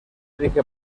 rige